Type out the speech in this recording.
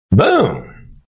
boom